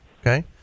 Okay